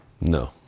No